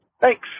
Thanks